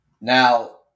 Now